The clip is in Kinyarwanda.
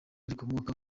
rikomoka